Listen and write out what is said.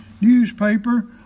newspaper